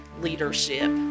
leadership